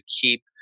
keep